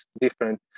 different